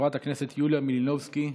חברת הכנסת יוליה מלינובסקי,